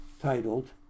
titled